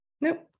Nope